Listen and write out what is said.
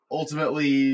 ultimately